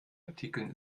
artikeln